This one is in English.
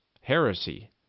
heresy